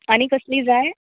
आनी कसली जाय